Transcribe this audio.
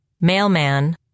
mailman